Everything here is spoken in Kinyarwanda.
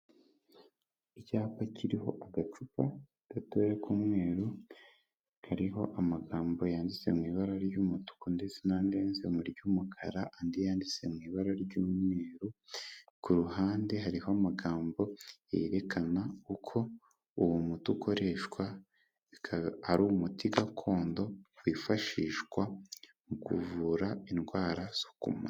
Icyapa kiriho agacupa gatoya k'umweru kariho amagambo yanditse mu ibara ry'umutuku ndetse n'andi yanditse mu ry'umukara, andi yanditse mu ibara ry'umweru. Ku ruhande hariho amagambo yerekana uko uwo muti ukoreshwaba. Ukaba ari umuti gakondo wifashishwa mu kuvura indwara zo ku mu.